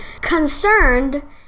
concerned